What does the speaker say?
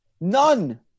None